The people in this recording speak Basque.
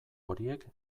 horiek